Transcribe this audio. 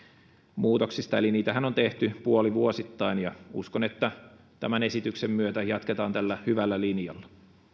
muutoksista eli niitähän on tehty puolivuosittain ja uskon että tämän esityksen myötä jatketaan tällä hyvällä linjalla